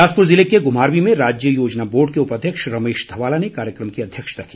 बिलासपुर जिले के घुमारवीं में राज्य योजना बोर्ड के उपाध्यक्ष रमेश धवाला ने कार्यक्रम की अध्यक्षता की